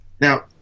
Now